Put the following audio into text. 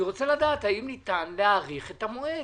אני רוצה לדעת האם ניתן להאריך את המועד.